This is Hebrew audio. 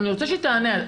אני רוצה שהיא תענה.